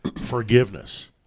forgiveness